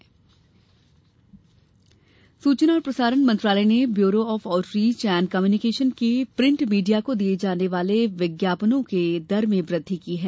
विज्ञापन दर सूचना और प्रसारण मंत्रालय ने bureau of outreach and communication के प्रिण्ट मीडिया को दिये जाने वाले विज्ञापनों के दर में वृद्धि की है